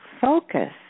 focus